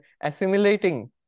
assimilating